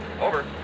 Over